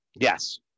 yes